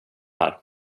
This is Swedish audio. här